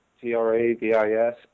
T-R-A-V-I-S